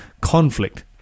conflict